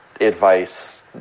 advice